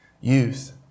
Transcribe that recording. Youth